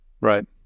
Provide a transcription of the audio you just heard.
Right